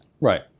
Right